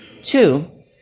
Two